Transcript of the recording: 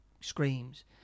screams